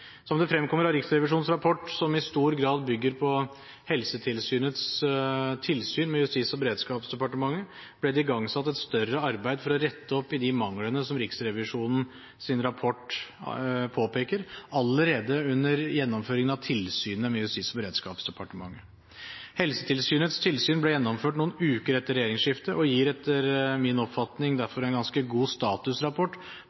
Som det fremkommer av Riksrevisjonens rapport, som i stor grad bygger på Helsetilsynets tilsyn med Justis- og beredskapsdepartementet, ble det igangsatt et større arbeid for å rette opp i de manglene som Riksrevisjonens rapport påpeker, allerede under gjennomføringen av tilsynet med Justis- og beredskapsdepartementet. Helsetilsynets tilsyn ble gjennomført noen uker etter regjeringsskiftet og gir etter min oppfatning derfor en ganske god statusrapport